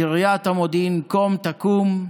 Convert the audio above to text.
קריית המודיעין קום תקום,